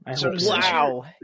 Wow